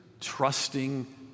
trusting